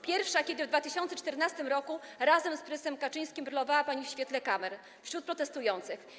Pierwsza, kiedy w 2014 r. razem z prezesem Kaczyńskim brylowała pani w świetle kamer wśród protestujących.